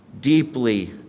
deeply